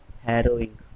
harrowing